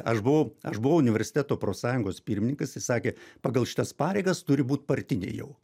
aš buvau aš buvau universiteto profsąjungos pirmininkas jis sakė pagal šitas pareigas turi būt partiniai jau